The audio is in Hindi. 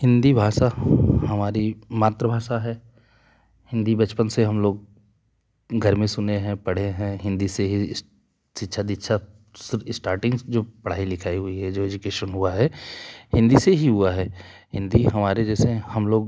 हिंदी भाषा हमारी मातृभाषा है हिंदी बचपन से हम लोग घर में सुने हैं पढ़े हैं हिंदी से शिक्षा दीक्षा सब स्टार्टिंग जो पढ़ाई लिखाई हुई है जो एजुकेशन हुआ है हिंदी से ही हुआ है हिंदी हमारे जैसे हम लोग